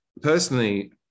personally